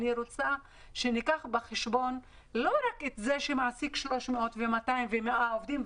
אני רוצה שניקח בחשבון לא רק את זה שמעסיק 300 ו-200 עובדים,